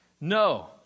No